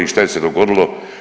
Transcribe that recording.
I što je se dogodilo?